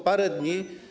Parę dni.